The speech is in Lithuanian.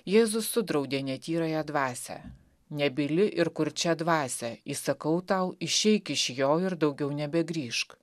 jėzus sudraudė netyrąją dvasią nebyli ir kurčia dvasia įsakau tau išeik iš jo ir daugiau nebegrįžk